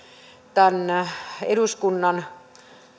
tämän eduskunnan